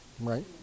Right